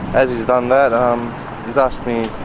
as he's done that um he's asked me